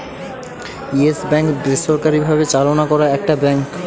yes Bank বেসরকারি ভাবে চালনা করা একটা ব্যাঙ্ক